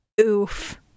Oof